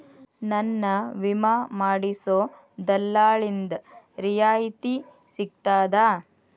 ನನ್ನ ವಿಮಾ ಮಾಡಿಸೊ ದಲ್ಲಾಳಿಂದ ರಿಯಾಯಿತಿ ಸಿಗ್ತದಾ?